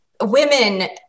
women